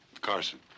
Carson